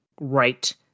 right